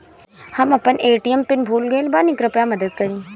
हम अपन ATM PIN भूल गएल बानी, कृपया मदद करीं